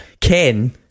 Ken